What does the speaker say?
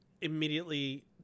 immediately